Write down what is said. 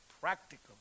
practical